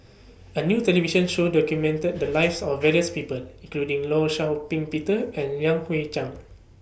A New television Show documented The Lives of various People including law Shau Ping Peter and Yan Hui Chang